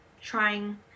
trying